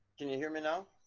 can you hear me now?